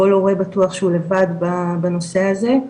כל הורה בטוח שהוא לבד בנושא הזה,